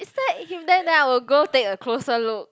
is that him then then I will go take a closer look